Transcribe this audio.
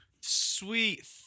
Sweet